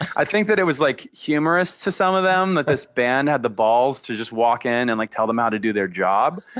i think that it was like humorous to some of them that this band had the balls to just walk in and like tell them how to do their job.